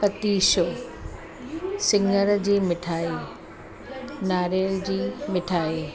पतीशो सिङर जी मिठाई नारियल जी मिठाई